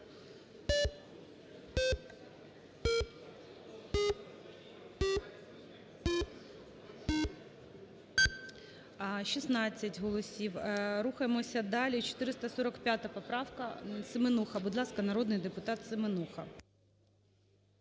16 голосів. Рухаємося далі. 445 поправка, Семенуха. Будь ласка, народний депутат Семенуха.